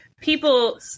People